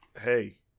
Hey